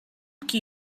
qui